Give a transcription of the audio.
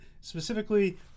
specifically